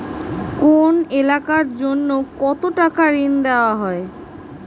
কোন এলাকার জন্য কত টাকা ঋণ দেয়া হয়?